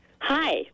Hi